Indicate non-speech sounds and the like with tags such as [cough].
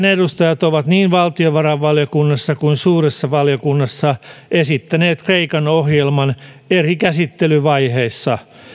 [unintelligible] edustajat ovat niin valtiovarainvaliokunnassa kuin suuressa valiokunnassa esittäneet kreikan ohjelman eri käsittelyvaiheissa